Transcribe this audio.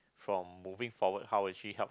from moving forward how will she help